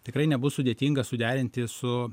tikrai nebus sudėtinga suderinti su